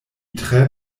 tre